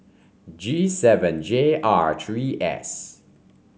G seven J R three S